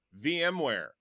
VMware